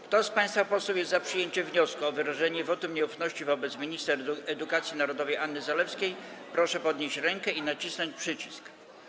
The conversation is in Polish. Kto z państwa posłów jest za przyjęciem wniosku o wyrażenie wotum nieufności wobec minister edukacji narodowej Anny Zalewskiej, proszę podnieść rękę i nacisnąć przycisk.